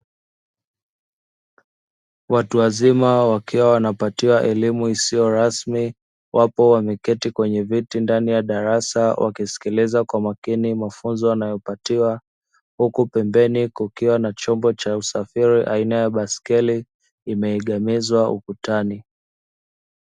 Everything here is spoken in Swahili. Watu wazima wakiwa wanapatiwa elimu isiyorasmi, wapo wameketi kwenye viti ndani ya darasa, wakisikiliza kwa makini mafunzo wanayopatiwa, huku pembeni kukiwa na chombo cha usafiri aina ya baiskeli, imeegamizwa ukutani.